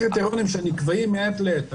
הקריטריונים נקבעים מעת לעת.